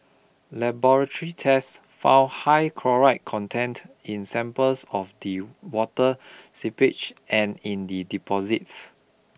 laboratory tests found high chloride content in samples of the water seepage and in the deposits